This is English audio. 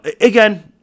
Again